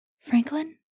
Franklin